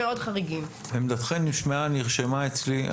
עמדתכן נשמעה, נרשמה אצלי.